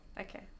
Okay